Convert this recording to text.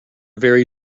very